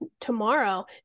tomorrow